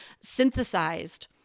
synthesized